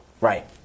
right